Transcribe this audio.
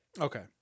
okay